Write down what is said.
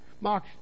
Mark